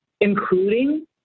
including